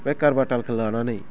बे काहारबा तालखौ लानानै